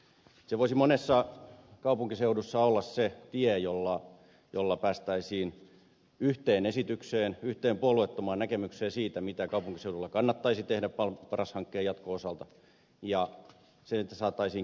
se voisi monella kaupunkiseudulla olla se tie jolla päästäisiin yhteen esitykseen yhteen puolueettomaan näkemykseen siitä mitä kaupunkiseudulla kannattaisi tehdä paras hankkeen jatkon osalta ja siitä saataisiin keskustelulle pohja